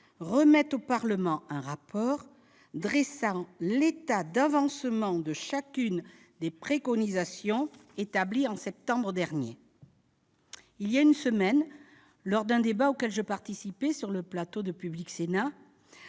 remette au Parlement un rapport dressant l'état d'avancement de chacune des préconisations établies en septembre dernier. Voilà une semaine, lors d'un débat auquel j'ai participé sur le plateau de Public Sénat,